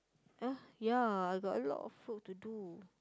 ah ya I got a lot of work to do